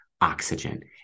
oxygen